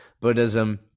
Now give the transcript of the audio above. Buddhism